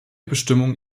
bestimmung